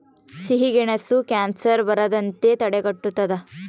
ಸಿಹಿಗೆಣಸು ಕ್ಯಾನ್ಸರ್ ಬರದಂತೆ ತಡೆಗಟ್ಟುತದ